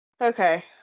Okay